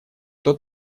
кто